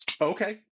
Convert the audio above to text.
Okay